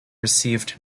received